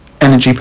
energy